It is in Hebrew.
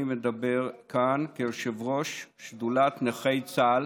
מדבר כאן כיושב-ראש שדולת נכי צה"ל